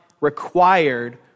required